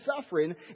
suffering